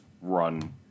run